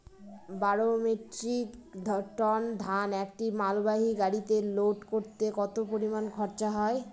বারো metric ton ধান একটি মালবাহী গাড়িতে লোড করতে কতো পরিমাণ খরচা হয়?